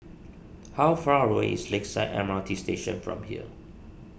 how far away is Lakeside M R T Station from here